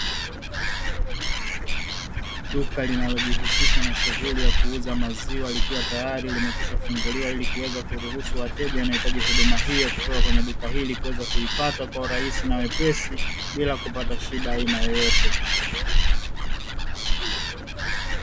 Duka linalojihusisha na shughuli ya kuuza maziwa, likiwa tayari limekwishafunguliwa, ili kuweza kuruhusu wateja wanaohitaji huduma hiyo kutoka kwenye duka hili, kuweza kuipata kwa urahisi na wepesi bila kupata shida ya aina yoyote.